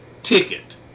ticket